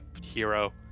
hero